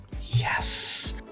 Yes